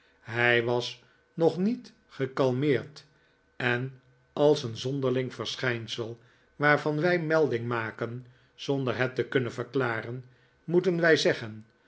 hij was nog niet gekalmeerd en als een zonderling verschijnsel waarvan wij melding maken zonder het te kunnen verklaren moeten wij zeggen